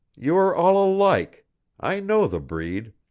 you are all alike i know the breed.